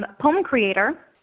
ah poem creator.